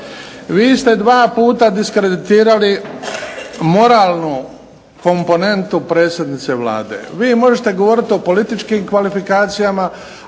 Vi ste dva puta diskreditirali moralnu komponentu predsjednice Vlade. Vi možete govoriti o političkim kvalifikacijama,